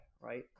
right